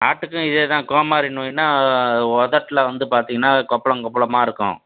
ஆட்டுக்கும் இதே தான் கோமாரி நோய்னால் உதட்டுல வந்து பார்த்தீங்கன்னா கொப்பளம் கொப்பளமாக இருக்கும்